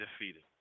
defeated